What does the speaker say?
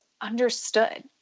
understood